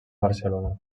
barcelona